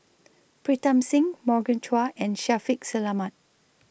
Pritam Singh Morgan Chua and Shaffiq Selamat